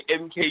MK